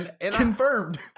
Confirmed